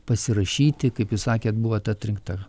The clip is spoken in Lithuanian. pasirašyti kaip jūs sakėt buvot atrinkta